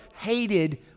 hated